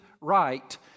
right